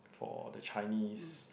for the Chinese